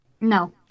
No